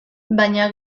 baina